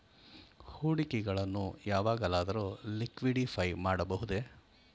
ಹೂಡಿಕೆಗಳನ್ನು ಯಾವಾಗಲಾದರೂ ಲಿಕ್ವಿಡಿಫೈ ಮಾಡಬಹುದೇ?